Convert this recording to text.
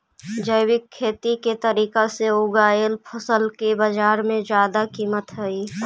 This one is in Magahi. जैविक खेती के तरीका से उगाएल फसल के बाजार में जादा कीमत हई